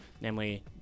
namely